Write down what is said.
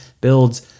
builds